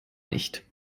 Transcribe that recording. nicht